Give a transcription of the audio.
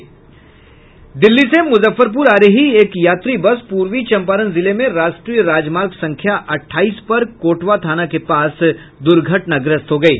दिल्ली से मुजफ्फरपुर आ रही एक यात्री बस पूर्वी चंपारण जिले में राष्ट्रीय राजमार्ग संख्या अठाईस पर कोटवा थाना के पास दुर्घटनाग्रस्त हो गयी